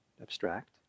abstract